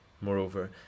moreover